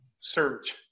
search